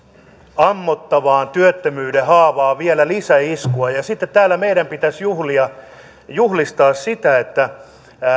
ammottavaan työttömyyden haavaan vielä lisäiskua ja sitten täällä meidän pitäisi juhlistaa juhlistaa sitä että